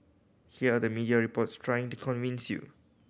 here are the media reports trying to convince you